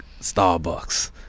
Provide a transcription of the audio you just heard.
starbucks